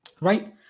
Right